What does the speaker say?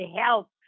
help